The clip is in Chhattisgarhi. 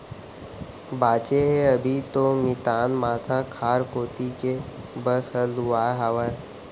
बांचे हे अभी तो मितान माथा खार कोती के बस हर लुवाय हावय